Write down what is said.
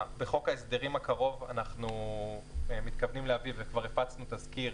בחוק ההסדרים הקרוב אנחנו מתקרבים להביא וכבר הפצנו תזכיר